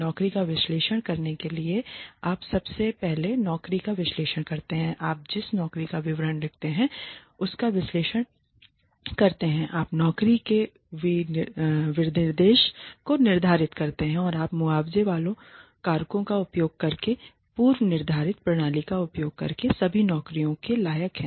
नौकरी का विश्लेषण करने के लिए आप सबसे पहले नौकरी का विश्लेषण करते हैं आप जिस नौकरी का विवरण लिखते हैं उसका विश्लेषण करते हैं आप नौकरी के विनिर्देशों को निर्धारित करते हैं फिर आप मुआवज़ेवाले कारकों का उपयोग करके पूर्व निर्धारित प्रणाली का उपयोग करके सभी नौकरियों के लायक हैं